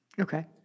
Okay